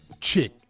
chick